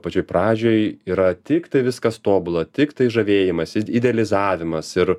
pačioj pradžioj yra tiktai viskas tobula tiktai žavėjimasis id idealizavimas ir